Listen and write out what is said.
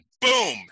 boom